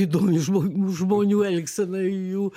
įdomi žmo žmonių elgsena jų